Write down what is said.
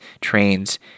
trains